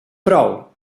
prou